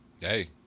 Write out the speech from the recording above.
hey